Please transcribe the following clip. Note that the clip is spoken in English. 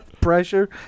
Pressure